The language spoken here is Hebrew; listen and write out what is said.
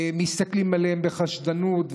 מסתכלים עליהם בחשדנות.